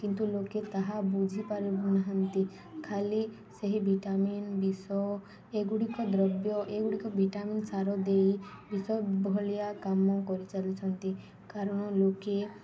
କିନ୍ତୁ ଲୋକେ ତାହା ବୁଝିପାରୁନାହାନ୍ତି ଖାଲି ସେହି ଭିଟାମିନ୍ ବିଷ ଏଗୁଡ଼ିକ ଦ୍ରବ୍ୟ ଏଗୁଡ଼ିକ ଭଟାମିନ୍ ସାର ଦେଇ ବିଷ ଭଳିଆ କାମ କରିଚାଲିଛନ୍ତି କାରଣ ଲୋକେ